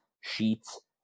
sheets